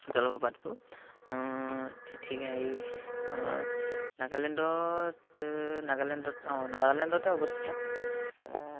জলপ্ৰপাততো ঠিক হেৰি নাগালেণ্ডত নাগালেণ্ডত অঁ নাগালেণ্ডতে অৱস্থিত